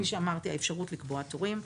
האפשרות לקבוע תורים,